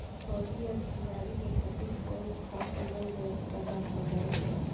फौजी और खिलाड़ी के खातिर कौनो खास लोन व्यवस्था बा का बैंक में?